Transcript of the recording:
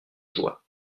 joie